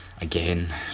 again